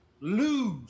Lose